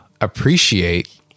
appreciate